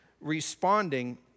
responding